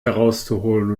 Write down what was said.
herauszuholen